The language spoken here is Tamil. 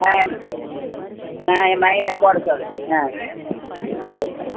ஆ என் ஆ என் மகன போட சொல்கிறேன் ஆ சரிப்பா